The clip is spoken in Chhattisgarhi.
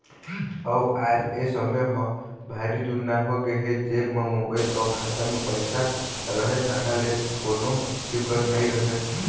अउ आज ए समे ह भारी जुन्ना होगे हे जेब म मोबाईल अउ खाता म पइसा रहें तहाँ ले कोनो फिकर नइ रहय